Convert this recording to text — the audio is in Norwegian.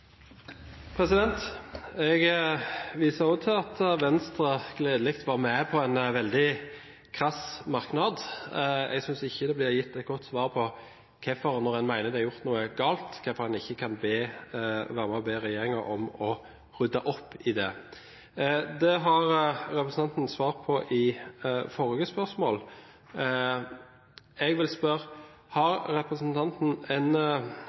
Jeg viser også til at Venstre gledelig var med på en veldig krass merknad. Jeg synes ikke det blir gitt et godt svar på hvorfor en, når en mener det er gjort noe galt, ikke kan være med og be regjeringen om å rydde opp i det. Det har representanten svart på i forrige spørsmål. Jeg vil spørre representanten om han har en